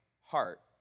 heart